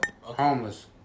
Homeless